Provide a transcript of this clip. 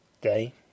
Day